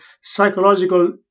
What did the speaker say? psychological